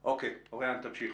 אוריין, תמשיך.